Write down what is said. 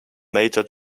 major